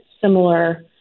similar